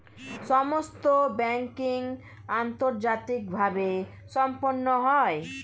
সমস্ত ব্যাংকিং আন্তর্জাতিকভাবে সম্পন্ন হয়